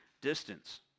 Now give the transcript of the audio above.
distance